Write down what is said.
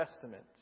Testament